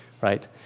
right